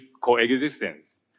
coexistence